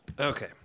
Okay